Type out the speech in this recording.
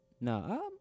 No